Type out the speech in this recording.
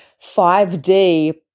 5d